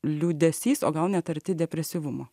liūdesys o gal net arti depresyvumo